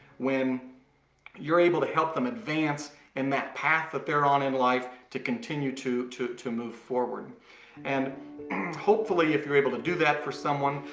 when you're able to help them advance in that path that they're on in life to continue to to to move forward and and hopefully if you're able to do that for someone,